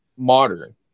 Modern